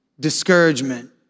discouragement